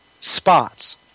spots